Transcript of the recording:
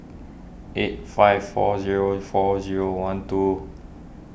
eight five four zero four zero one two